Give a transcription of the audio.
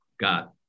got